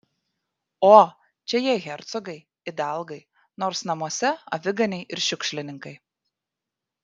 o čia jie hercogai idalgai nors namuose aviganiai ir šiukšlininkai